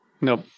Nope